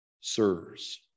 sirs